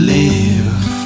live